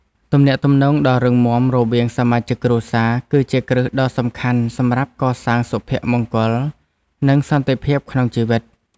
ទំនាក់ទំនងដ៏រឹងមាំរវាងសមាជិកគ្រួសារ គឺជាគ្រឹះដ៏សំខាន់សម្រាប់កសាងសុភមង្គល និងសន្តិភាពក្នុងជីវិត។